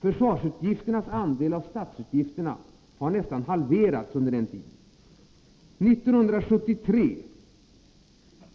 Försvarsutgifternas andel av statsutgifterna har nästan halverats under den tiden. 1973